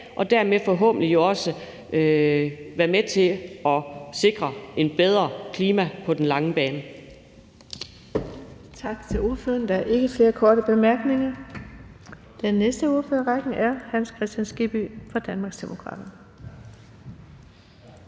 og dermed forhåbentlig også er med til at sikre et bedre klima på den lange bane.